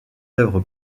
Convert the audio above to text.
œuvres